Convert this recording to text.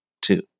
two